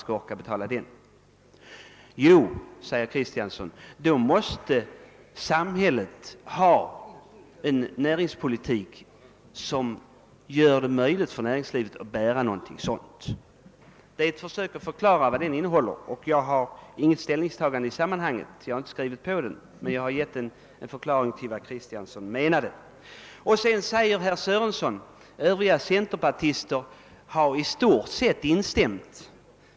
Jo — säger herr Kristiansson — samhället måste föra en näringspolitik som gör det möjligt för näringslivet att bära dessa kostnader — detta är ett försök att förklara vad det särskilda yttrandet innehåller. Jag har inte tagit ställning i frågan, och jag har inte skrivit under yttrandet, men detta är ett försök till förklaring. Sedan säger herr Sörenson att övriga centerpartister i stort sett har instämt.